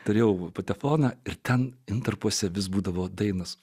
turėjau patefoną ir ten intarpuose vis būdavo dainas